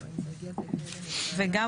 וגם,